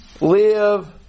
live